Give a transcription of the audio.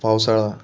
पावसाळा